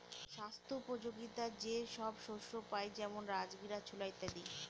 স্বাস্থ্যোপযোগীতা যে সব শস্যে পাই যেমন রাজগীরা, ছোলা ইত্যাদি